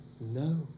No